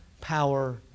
power